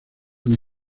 una